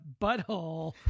butthole